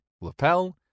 lapel